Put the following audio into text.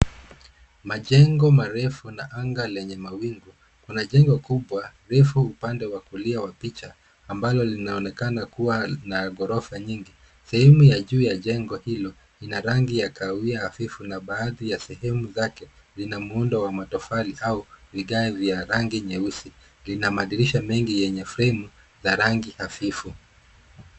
Majengo marefu na anga lenye mawingu. Kuna jengo kubwa, refu upande wa kulia wa picha ambalo linaonekana kuwa na ghorofa nyingi. Sehemu ya juu ya jengo hilo ni la rangi ya kahawia hafifu na baadhi ya sehemu zake lina muundo wa matofali au vigae vya rangi nyeusi. Lina madirisha mengi yenye fremu ya rangi hafifu.